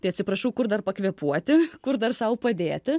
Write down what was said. tai atsiprašau kur dar pakvėpuoti kur dar sau padėti